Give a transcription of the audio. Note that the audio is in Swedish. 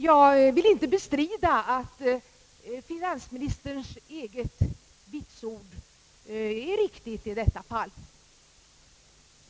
Jag vill inte bestrida finansministerns eget vitsord i detta fall.